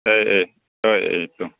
ꯑꯦ ꯑꯦ ꯑꯦ ꯑꯦ ꯑꯗꯨ